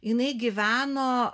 jinai gyveno